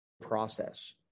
process